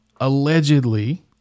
Allegedly